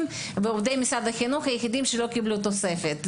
ועובדי משרד החינוך שלא קיבלו תוספת.